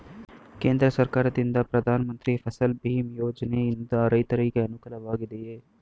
ಕೇಂದ್ರ ಸರ್ಕಾರದಿಂದಿರುವ ಪ್ರಧಾನ ಮಂತ್ರಿ ಫಸಲ್ ಭೀಮ್ ಯೋಜನೆಯಿಂದ ರೈತರಿಗೆ ಅನುಕೂಲವಾಗಿದೆಯೇ?